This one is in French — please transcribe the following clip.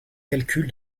calcul